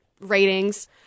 ratings